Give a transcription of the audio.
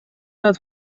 рад